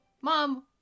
mom